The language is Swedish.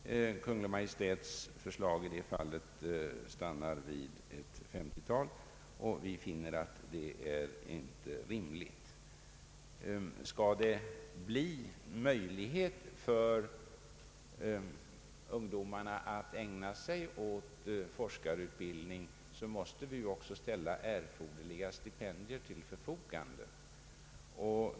Kungl. Maj:ts förslag i detta fall stannar vid ett 50-tal och vi anser att detta inte är rimligt. Skall ungdomarna få möjlighet att ägna sig åt forskarutbildning måste vi också ställa erforderliga stipendier till förfogande.